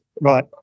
Right